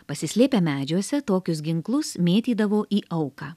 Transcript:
pasislėpę medžiuose tokius ginklus mėtydavo į auką